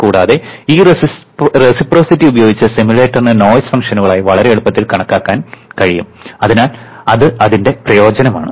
കൂടാതെ ഈ റെസിപ്രൊസിറ്റി ഉപയോഗിച്ച് സിമുലേറ്ററിന് നോയ്സ് ഫംഗ്ഷനുകളായി വളരെ എളുപ്പത്തിൽ കണക്കാക്കാൻ കഴിയും അതിനാൽ അത് അതിന്റെ പ്രയോഗമാണ്